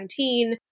2019